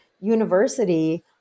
university